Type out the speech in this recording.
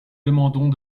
demandons